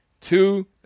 Two